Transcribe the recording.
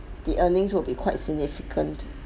the earnings will be quite significant